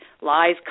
lies